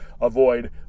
avoid